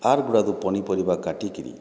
ଆର୍ ଗୁଡ଼ାଦୁ ପନିପରିବା କାଟିକିରି